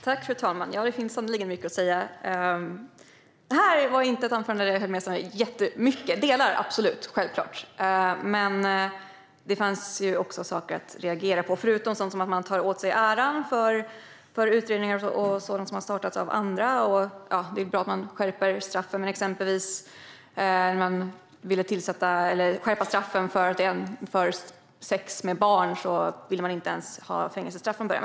Fru talman! Ja, det finns sannerligen mycket att säga. Det här var inte ett anförande där jag höll med om så jättemycket. Jag höll absolut med om vissa delar, självklart. Men det fanns också saker att reagera på. Till exempel tar man åt sig äran för utredningar som har startats av andra. Det är bra att man skärper straffen, exempelvis för sex med barn. Från början ville man inte ens ha fängelsestraff.